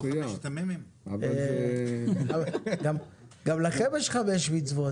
גם לכם יש חמש מצוות,